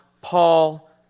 Paul